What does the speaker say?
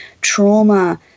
trauma